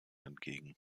entgegen